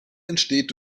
entsteht